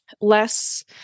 less